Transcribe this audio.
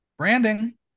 branding